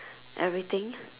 everything